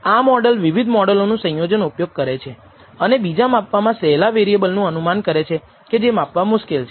આ મોડલ વિવિધ મોડલનું સંયોજન ઉપયોગ કરે છે અને બીજા માપવામાં સહેલા વેરીએબલનું અનુમાન કરે છે કે જે માપવા મુશ્કેલ છે